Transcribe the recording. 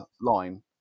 line